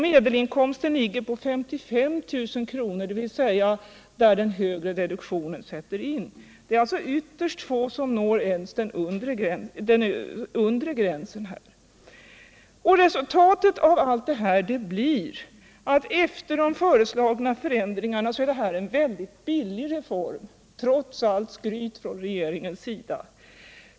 Medcelinkomsten ligger på 55 000 kr., dvs. där den högre reduktionen sätter in. Det är alltså ytterst få som når ens den undre gränsen här. Resultatet av allt deua blir att med de av regeringen föreslagna förändringarna är det här en mycket billig reform, trots allt skryt från regeringens sida.